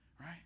right